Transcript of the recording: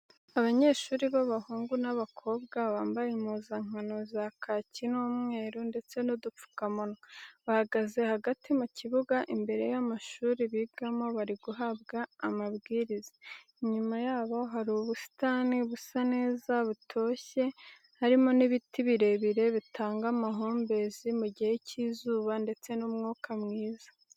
Abanyeshuri b'abahungu n'abakobwa bambaye impuzankano za kaki n'umweru ndetse n'udupfukamunwa, bahagaze hagati mu kibuga imbere y'amashuri bigamo bari guhabwa amabwiriza, inyuma yabo hari ubusitani busa neza butoshye harimo n'ibiti birebire bitanga amahumbezi mu gihe cy'izuba ndetse n'umwuka mwiza.